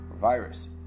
virus